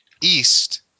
east